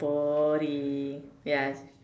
boring ya